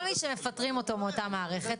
כל מי שמפטרים אותו מאותה מערכת,